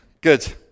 Good